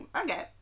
okay